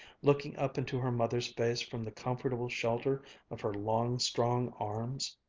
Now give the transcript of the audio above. looking up into her mother's face from the comfortable shelter of her long, strong arms.